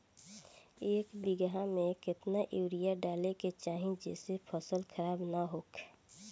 एक बीघा में केतना यूरिया डाले के चाहि जेसे फसल खराब ना होख?